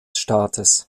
staates